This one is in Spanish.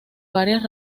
varias